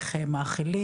איך הם מאכילים.